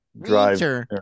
drive